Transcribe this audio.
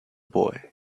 boy